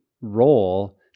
role